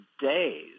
days